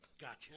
Gotcha